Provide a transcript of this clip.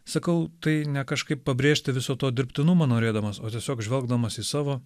sakau tai ne kažkaip pabrėžti viso to dirbtinumą norėdamas o tiesiog žvelgdamas į savo